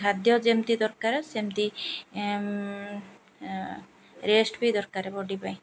ଖାଦ୍ୟ ଯେମିତି ଦରକାର ସେମିତି ରେଷ୍ଟ ବି ଦରକାର ବଡ଼ି ପାଇଁ